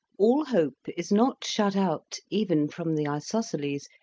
all hope is not shut out, even from the isosceles,